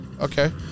Okay